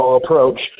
approach